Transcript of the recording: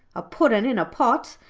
a puddin' in a pot,